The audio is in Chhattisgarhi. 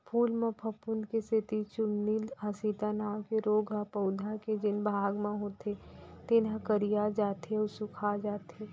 फूल म फफूंद के सेती चूर्निल आसिता नांव के रोग ह पउधा के जेन भाग म होथे तेन ह करिया जाथे अउ सूखाजाथे